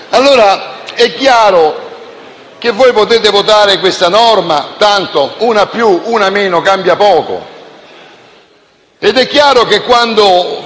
È chiaro che potete votare questa norma, tanto una più una meno cambia poco,